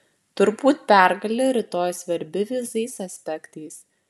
turbūt pergalė rytoj svarbi visais aspektais